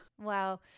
Wow